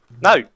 No